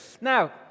Now